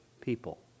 people